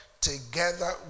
together